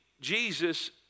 Jesus